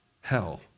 Hell